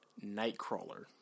Nightcrawler